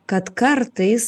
kad kartais